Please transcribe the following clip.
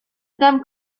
them